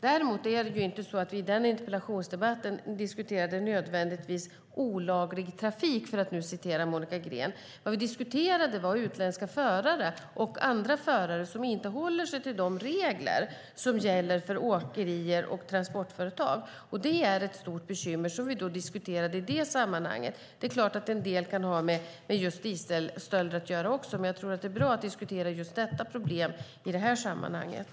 Däremot är det inte så att vi i den interpellationsdebatten nödvändigtvis diskuterade "olaglig trafik", för att använda Monica Greens ord. Vad vi diskuterade var utländska förare och andra förare som inte håller sig till de regler som gäller för åkerier och transportföretag. Det är ett stort bekymmer som vi diskuterade i det sammanhanget. Det är klart att en del kan ha med dieselstölder att göra också, men jag tror att det är bra att diskutera just detta problem i det här sammanhanget.